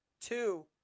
Two